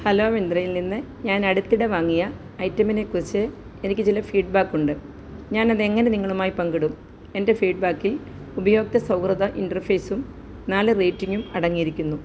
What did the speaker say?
hello മിന്ത്രയിൽ നിന്ന് ഞാനടുത്തിടെ വാങ്ങിയ ഐറ്റമിനെക്കുറിച്ച് എനിക്ക് ചില ഫീഡ്ബാക്കുണ്ട് ഞാൻ അതെങ്ങനെ നിങ്ങളുമായി പങ്കിടും എൻ്റെ ഫീഡ്ബാക്കിൽ ഉപയോക്തൃ സൗഹൃദ ഇൻറ്റർഫേസും നാല് റേറ്റിംഗും അടങ്ങിയിരിക്കുന്നു